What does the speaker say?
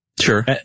Sure